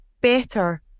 better